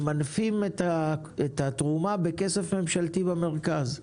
ממנפים את התרומה בכסף ממשלתי במרכז.